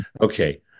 Okay